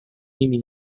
ними